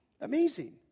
Amazing